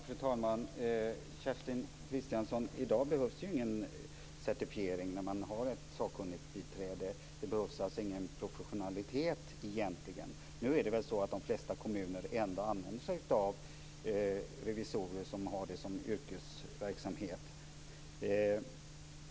Fru talman! Kerstin Kristiansson, i dag behövs ingen certifiering av sakkunnigt biträde. Det behövs alltså ingen professionalitet egentligen. Nu är det väl så att de flesta kommuner ändå använder sig av yrkesverksamma revisorer.